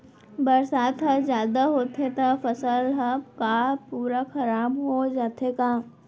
बरसात ह जादा होथे त फसल ह का पूरा खराब हो जाथे का?